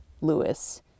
Lewis